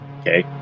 okay